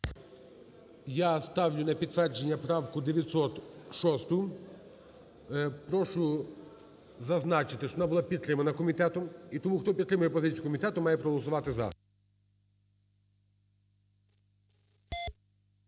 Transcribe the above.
Я ставлю на підтвердження правку 906. Прошу зазначити, що вона була підтримана комітетом. І тому, хто підтримує позицію комітету, має проголосувати "за".